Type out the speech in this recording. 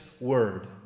word